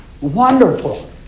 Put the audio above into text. wonderful